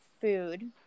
food